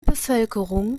bevölkerung